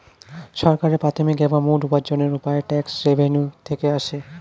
সরকারের প্রাথমিক এবং মূল উপার্জনের উপায় ট্যাক্স রেভেন্যু থেকে আসে